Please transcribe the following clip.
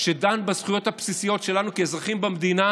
שדן בזכויות הבסיסיות שלנו כאזרחים במדינה,